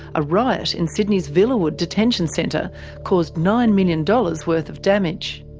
a riot in sydney's villawood detention centre caused nine million dollars worth of damage.